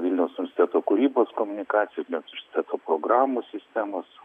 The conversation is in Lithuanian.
vioniaus universiteto kūrybos komunikacijos programų sistemos